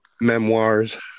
Memoirs